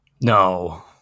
No